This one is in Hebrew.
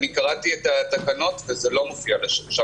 קראתי את התקנות ולצערי שם זה לא מופיע .